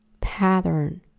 pattern